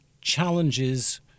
challenges